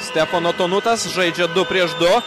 stepono tonutas žaidžia du prieš du